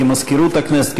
כמזכירות הכנסת,